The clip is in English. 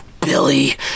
Billy